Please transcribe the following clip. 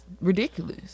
ridiculous